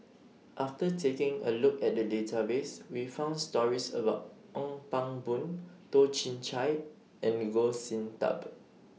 after taking A Look At The Database We found stories about Ong Pang Boon Toh Chin Chye and Goh Sin Tub